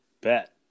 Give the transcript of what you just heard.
bet